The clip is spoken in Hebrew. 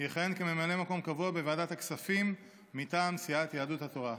יכהן כממלא מקום קבוע בוועדת הכספים מטעם סיעת יהדות התורה.